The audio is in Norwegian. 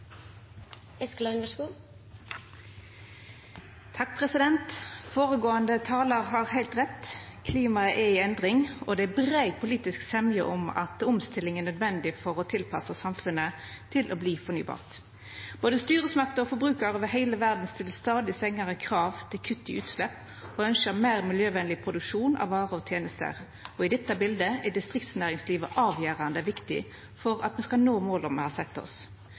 i endring, og det er brei politisk semje om at omstilling er nødvendig for å tilpassa samfunnet til å verta fornybart. Både styresmakter og forbrukarar over heile verda stiller stadig strengare krav til kutt i utslepp og ønskjer meir miljøvenleg produksjon av varer og tenester. I dette biletet er distriktsnæringslivet avgjerande viktig for at me skal nå måla me har sett oss.